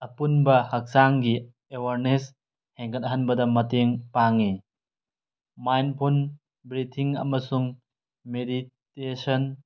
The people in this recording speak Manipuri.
ꯑꯄꯨꯟꯕ ꯍꯛꯆꯥꯡꯒꯤ ꯑꯦꯋꯥꯔꯅꯦꯁ ꯍꯦꯟꯒꯠꯍꯟꯕꯗ ꯃꯇꯦꯡ ꯄꯥꯡꯏ ꯃꯥꯏꯟꯐꯨꯟ ꯕ꯭ꯔꯤꯊꯤꯡ ꯑꯃꯁꯨꯡ ꯃꯦꯔꯤꯠꯇꯦꯁꯟ